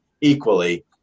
equally